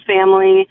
family